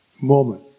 moment